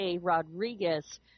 Rodriguez